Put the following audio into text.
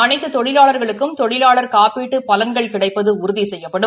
அனைத்து தொழிலாளா்களுக்கும் தொழிலாளா் காப்பீட்டு பலன்கள் கிடைப்பது உறுதி செய்யப்படும்